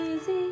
easy